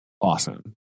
Awesome